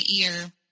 ear